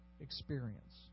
experience